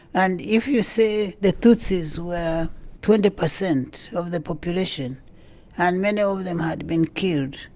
and if you say the tutsis were twenty percent of the population and many of them had been killed,